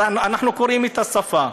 הרי אנחנו קוראים את השפה.